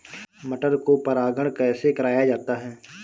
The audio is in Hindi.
मटर को परागण कैसे कराया जाता है?